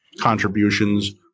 contributions